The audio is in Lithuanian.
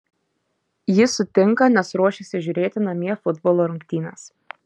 jis sutinka nes ruošiasi žiūrėti namie futbolo rungtynes